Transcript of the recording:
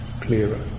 clearer